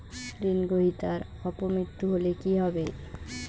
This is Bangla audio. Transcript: ঋণ গ্রহীতার অপ মৃত্যু হলে কি হবে?